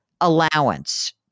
allowance